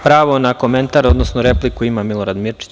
Pravo na komentar, odnosno repliku ima Milorad Mirčić.